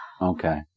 Okay